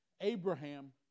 Abraham